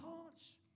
hearts